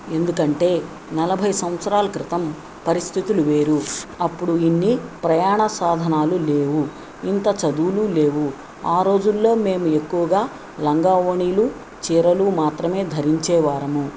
ఎందుకంటే నలభై సంవత్సరాల క్రితం పరిస్థితులు వేరు అప్పుడు ఇన్ని ప్రయాణ సాధనాలు లేవు ఇంత చదువులు లేవు ఆ రోజుల్లో మేము ఎక్కువగా లంగావోణీలు చీరలు మాత్రమే ధరించేవారము